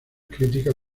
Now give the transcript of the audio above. críticas